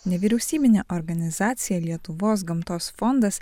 nevyriausybinė organizacija lietuvos gamtos fondas